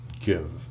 give